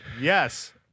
Yes